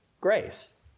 grace